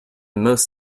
most